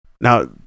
Now